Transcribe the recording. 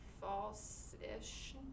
False-ish